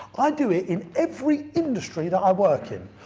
i do it in every industry that i work in.